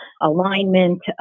alignment